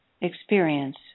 experience